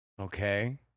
Okay